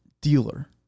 dealer